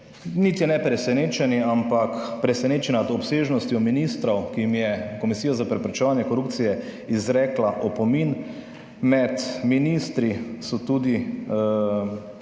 niti ne presenečeni, ampak presenečeni nad obsežnostjo ministrov, ki jim je Komisija za preprečevanje korupcije izrekla opomin. Med ministri so tudi